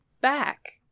back